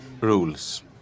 rules